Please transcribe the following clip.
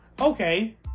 Okay